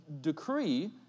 decree